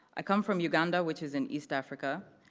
i come from uganda, which is in east africa,